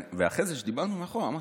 אחרי זה, כשדיברנו, אמרתי: